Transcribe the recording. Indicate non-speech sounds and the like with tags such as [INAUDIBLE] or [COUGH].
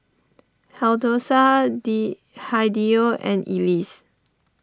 [UNINTELLIGIBLE] D Hideo and Elease